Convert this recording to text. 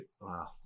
Wow